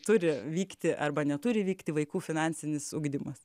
turi vykti arba neturi vykti vaikų finansinis ugdymas